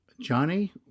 Johnny